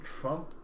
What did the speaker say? Trump